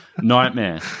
nightmare